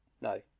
No